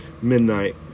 midnight